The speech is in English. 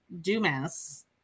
Dumas